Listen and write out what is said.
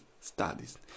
studies